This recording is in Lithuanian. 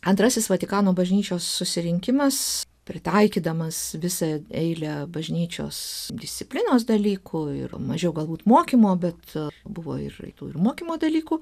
antrasis vatikano bažnyčios susirinkimas pritaikydamas visą eilę bažnyčios disciplinos dalykų ir mažiau galbūt mokymo bet buvo ir tų ir mokymo dalykų